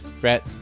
Brett